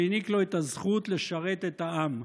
שהעניק לו את הזכות לשרת את העם.